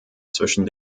zwischen